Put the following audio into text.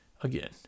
again